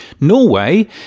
Norway